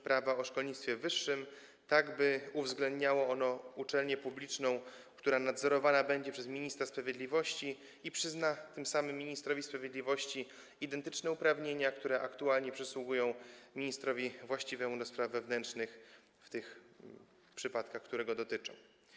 Prawa o szkolnictwie wyższym, tak by uwzględniało ono uczelnię publiczną, która nadzorowana będzie przez ministra sprawiedliwości, przyznając tym samym ministrowi sprawiedliwości identyczne uprawnienia, które aktualnie przysługują ministrowi właściwemu do spraw wewnętrznych w tych przypadkach, które go dotyczą.